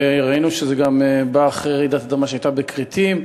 וראינו שזה גם בא אחרי רעידת אדמה שהייתה בכרתים.